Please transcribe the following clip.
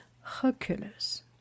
Hercules